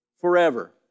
forever